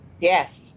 Yes